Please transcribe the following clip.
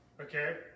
okay